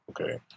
okay